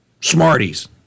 smarties